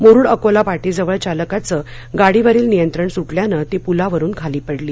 मुरुड अकोला पारीजवळ चालकाचं गाडीवरील नियंत्रण सुद्धियानं ती पुलावरून खाली पडली